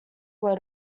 were